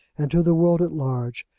and to the world at large,